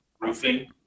roofing